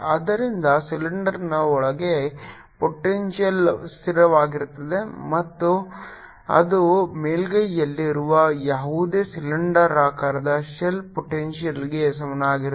ಆದ್ದರಿಂದ ಸಿಲಿಂಡರ್ನ ಒಳಗೆ ಪೊಟೆಂಶಿಯಲ್ ಸ್ಥಿರವಾಗಿರುತ್ತದೆ ಮತ್ತು ಅದು ಮೇಲ್ಮೈಯಲ್ಲಿರುವ ಯಾವುದೇ ಸಿಲಿಂಡರಾಕಾರದ ಶೆಲ್ ಪೊಟೆಂಶಿಯಲ್ಗೆ ಸಮಾನವಾಗಿರುತ್ತದೆ